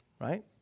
right